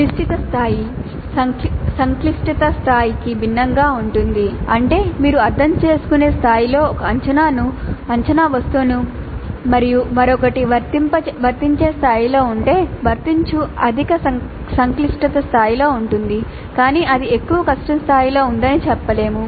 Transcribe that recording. క్లిష్టత స్థాయి సంక్లిష్టత స్థాయికి భిన్నంగా ఉంటుంది అంటే మీరు అర్థం చేసుకునే స్థాయిలో ఒక అంచనా వస్తువును మరియు మరొకటి వర్తించే స్థాయిలో ఉంటే వర్తించు అధిక సంక్లిష్టత స్థాయిలో ఉంది కానీ అది ఎక్కువ కష్టం స్థాయిలో ఉందని చెప్పలేము